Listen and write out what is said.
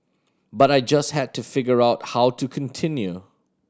but I just had to figure out how to continue